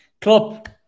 Klopp